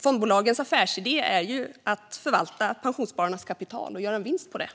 Fondbolagens affärsidé är ju att förvalta pensionsspararnas kapital och att göra en vinst på det.